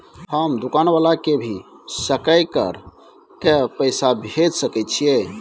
हम दुकान वाला के भी सकय कर के पैसा भेज सके छीयै?